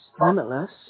limitless